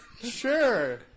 Sure